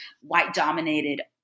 white-dominated